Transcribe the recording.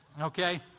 Okay